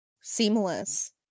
seamless